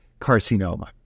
carcinoma